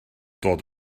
dod